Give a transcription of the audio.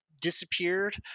disappeared